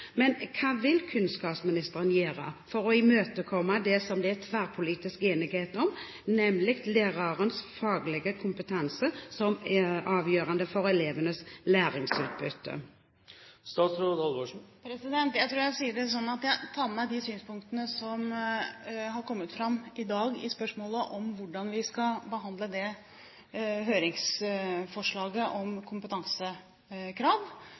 Hva vil kunnskapsministeren gjøre for å imøtekomme det som det er tverrpolitisk enighet om, nemlig lærerens faglige kompetanse, som avgjørende for elevenes læringsutbytte? Jeg tror jeg sier det sånn at jeg tar med meg de synspunktene som har kommet fram i dag i spørsmålet om hvordan vi skal behandle høringsforslaget om